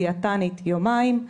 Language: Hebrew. דיאטנית ליומיים.